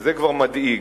וזה כבר מדאיג.